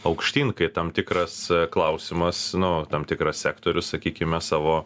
aukštyn kai tam tikras klausimas nu tam tikras sektorius sakykime savo